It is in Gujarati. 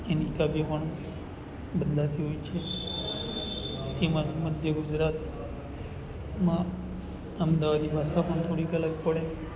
એની કાવ્ય પણ બદલાતી હોય છે તેમાં મધ્ય ગુજરાતમાં અમદાવાદી ભાષા પણ થોડીક અલગ પડે